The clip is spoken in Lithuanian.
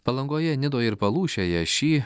palangoje nidoje ir palūšėje šį